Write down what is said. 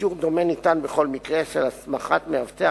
אישור דומה ניתן בכל מקרה של הסמכת מאבטח